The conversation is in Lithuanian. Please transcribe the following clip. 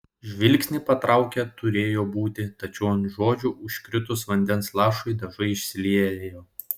žvilgsnį patraukė turėjo būti tačiau ant žodžių užkritus vandens lašui dažai išsiliejo